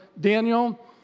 Daniel